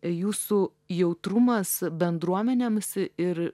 jūsų jautrumas bendruomenėms ir